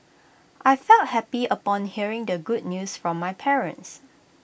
I felt happy upon hearing the good news from my parents